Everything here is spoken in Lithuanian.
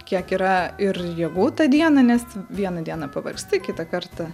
kiek yra ir jėgų tą dieną nes vieną dieną pavargsti kitą kartą